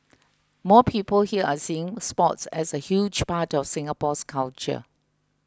more people here are seeing sports as a huge part of Singapore's culture